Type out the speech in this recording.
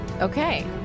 okay